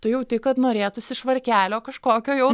tu jauti kad norėtųsi švarkelio kažkokio jau